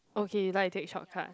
okay you like to take shortcut